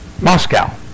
Moscow